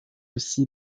aussi